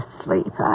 sleep